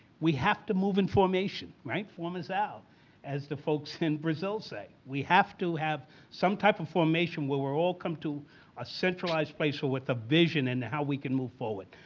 we have to move in formation, right? formacao as the folks in brazil say. we have to have some type of formation where we're all come to a centralized place or with a vision and how we can move forward.